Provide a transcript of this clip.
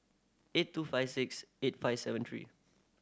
eight two five six eight five seven three